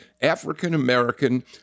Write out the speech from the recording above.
African-American